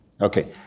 Okay